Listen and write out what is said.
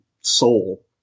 soul